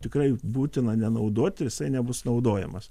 tikrai būtina nenaudoti jisai nebus naudojamas